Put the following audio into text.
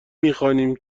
میخوانیم